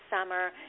summer